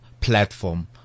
platform